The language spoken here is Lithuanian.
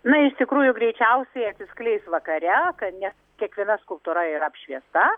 na iš tikrųjų greičiausiai atsiskleis vakare nes kiekviena skulptūra yra apšviesta